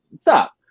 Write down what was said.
stop